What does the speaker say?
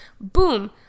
boom